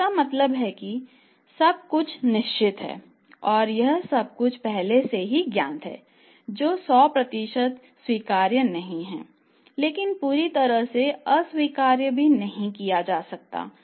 इसका मतलब है कि सब कुछ निश्चित है और यह सब कुछ पहले से ही ज्ञात है जो 100 प्रतिशत स्वीकार्य नहीं है लेकिन पूरी तरह से अस्वीकार भी नहीं किया जा सकता है